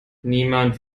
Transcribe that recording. niemand